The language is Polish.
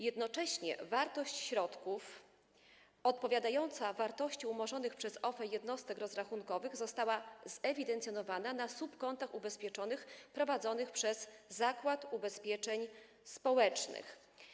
Jednocześnie wartość środków odpowiadająca wartości umorzonych przez OFE jednostek rozrachunkowych została zewidencjonowana na subkontach ubezpieczonych, prowadzonych przez Zakład Ubezpieczeń Społecznych.